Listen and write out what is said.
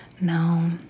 No